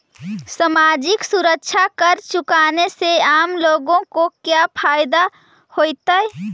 सामाजिक सुरक्षा कर चुकाने से आम लोगों को क्या फायदा होतइ